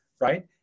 right